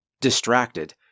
Distracted